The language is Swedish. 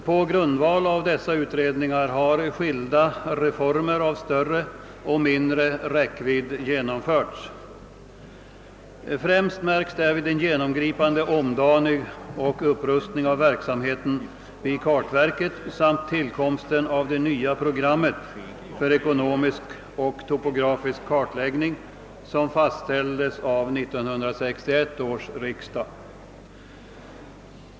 På grundval av utredningarna har skilda reformer av större och mindre räckvidd genomförts. Främst märks därvid en genomgripande omdaning och upprustning av verksamheten vid kartverket samt tillkomsten av det nya programmet för ekonomisk och topografisk kartläggning som fastställdes av 1961 års riksdag.